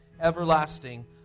Everlasting